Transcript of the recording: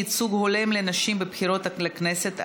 ייצוג הולם לנשים בבחירות לכנסת),